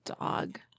dog